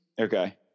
okay